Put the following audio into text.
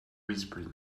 whispering